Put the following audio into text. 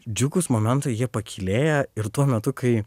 džiugūs momentai jie pakylėja ir tuo metu kai